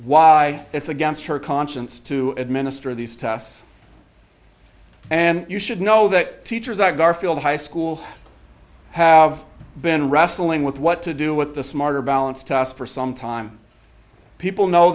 why it's against her conscience to administer these tests and you should know that teachers at garfield high school have been wrestling with what to do with the smarter balance task for some time people know